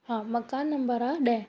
हा मकान नंबर आहे ॾह